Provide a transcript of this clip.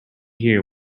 here